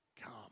come